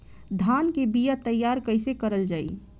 धान के बीया तैयार कैसे करल जाई?